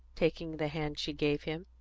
taking the hand she gave him.